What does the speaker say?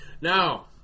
Now